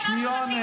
שנייה.